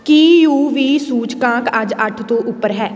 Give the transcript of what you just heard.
ਕੀ UV ਵੀ ਸੂਚਕਾਂਕ ਅੱਜ ਅੱਠ ਤੋਂ ਉੱਪਰ ਹੈ